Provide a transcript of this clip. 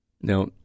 Now